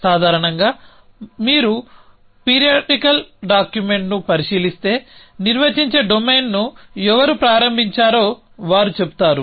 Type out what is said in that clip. సాధారణంగా మీరు పీరియాడికల్ డాక్యుమెంట్ను పరిశీలిస్తే నిర్వచించే డొమైన్ను ఎవరు ప్రారంభించారో వారు చెబుతారు